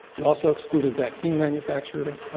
we also excluded vaccine manufacturers.